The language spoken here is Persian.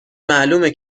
معلومه